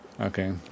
okay